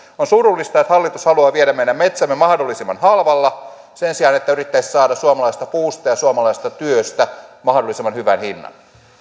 on surullista että hallitus haluaa viedä meidän metsämme mahdollisimman halvalla sen sijaan että yrittäisi saada suomalaisesta puusta ja suomalaisesta työstä mahdollisimman hyvän hinnan